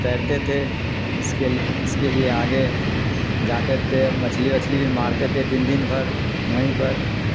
تیرتے تھے اس کے اس کے لیے آگے جاتے تھے مچھلی وچھلی بھی مارتے تھے دن دن پر وہیں پر